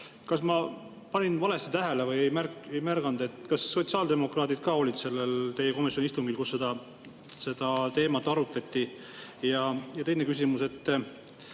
Kas ma panin valesti tähele või ei märganud, kas sotsiaaldemokraadid ka olid sellel komisjoni istungil, kus seda teemat arutati? Ja teine küsimus.